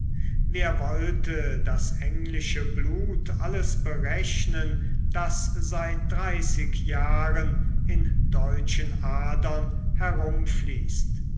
wer wollte das englische blut alles berechnen das seit dreißig jahren in deutschen adern herumfließt